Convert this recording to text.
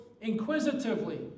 inquisitively